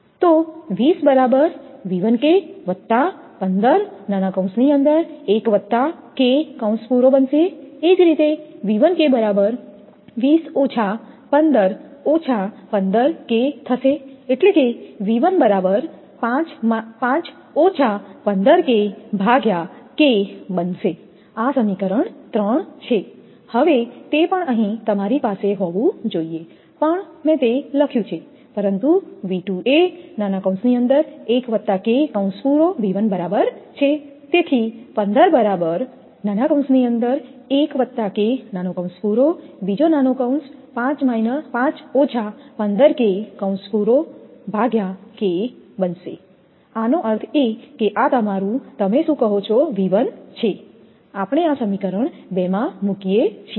આ સમીકરણ 3 છે હવે તે પણ અહીં તમારી પાસે હોવું જોઈએ પણ મેં તે લખ્યું છે પરંતુ V2 એ બરાબર છે આનો અર્થ એ કે આ તમારું તમે શું કહો છો આપણે આ સમીકરણ 2 માં મૂકીએ છીએ